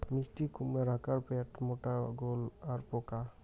মিষ্টিকুমড়ার আকার প্যাটমোটা গোল আর পাকা